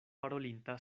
parolinta